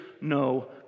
no